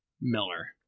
Miller